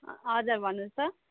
हजुर भन्नुहोस् त